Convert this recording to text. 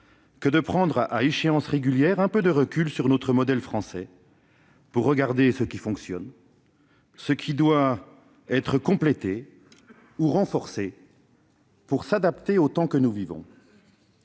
de prendre à échéances régulières un peu de recul sur le modèle français et d'examiner ce qui fonctionne et ce qui doit être complété ou renforcé pour nous adapter aux temps que nous vivons.